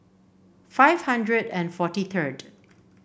five hundred and forty third